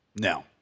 No